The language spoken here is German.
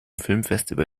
filmfestival